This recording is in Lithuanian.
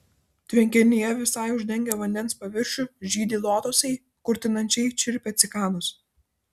tvenkinyje visai uždengę vandens paviršių žydi lotosai kurtinančiai čirpia cikados